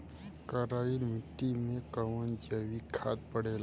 करइल मिट्टी में कवन जैविक खाद पड़ेला?